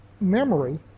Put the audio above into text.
Memory